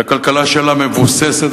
שהכלכלה שלה מבוססת,